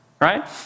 Right